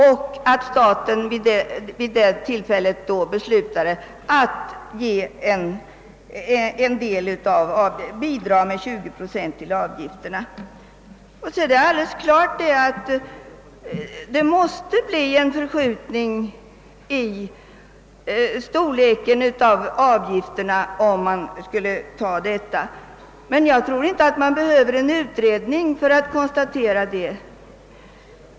Staten beslöt vid detta tillfälle att ge ett bidrag med 20 procent till avgifterna. Vidare måste det självfallet bli en förskjutning i avgiftsuttaget om den begärda åtgärden skulle genomföras. Jag tror dock inte att man behöver en utredning för att fastställa detta.